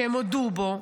שהם הודו בו,